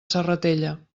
serratella